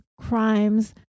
crimes